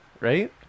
right